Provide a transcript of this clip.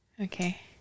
Okay